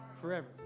Forever